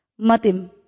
Matim